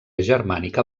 germànica